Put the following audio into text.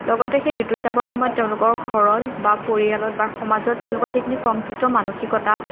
লগতে সেই ঋতুস্ৰাৱৰ সময়ত তেওঁলোকৰ ঘৰৰ বা পৰিয়ালত বা সমাজত তেওঁলোকৰ যিখিনি কংক্ৰিত মানসিকতা